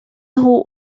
nhw